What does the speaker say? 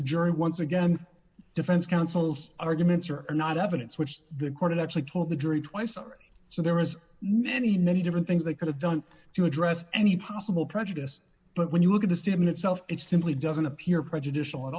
the jury once again defense counsel's arguments are not evidence which the court actually told the jury twice or so there was many many different things they could have done to address any possible prejudice but when you look at the statement itself it simply doesn't appear prejudicial at